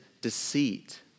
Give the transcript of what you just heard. deceit